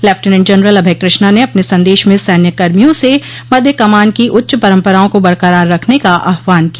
lieutenant general Abhay Krishna ने अपने संदेश मे सैन्य कर्मियों से मध्य कमान की उच्च परम्पराओं को बरकरार रखने का आहवान किया